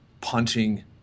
punching